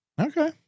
Okay